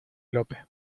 lope